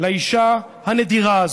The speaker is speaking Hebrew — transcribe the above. לאישה הנדירה הזאת,